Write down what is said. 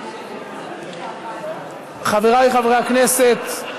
חברי חברי הכנסת,